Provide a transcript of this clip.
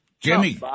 Jimmy